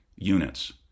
units